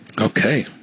Okay